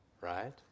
right